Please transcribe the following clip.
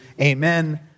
amen